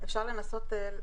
אפשר לנסות?